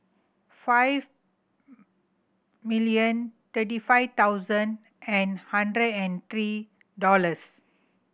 five million thirty five thousand and hundred and three dollars